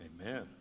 Amen